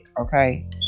okay